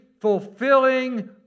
fulfilling